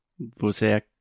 você